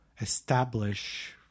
establish